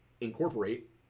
incorporate